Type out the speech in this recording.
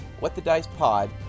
whatthedicepod